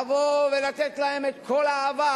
לבוא ולתת להם את כל האהבה,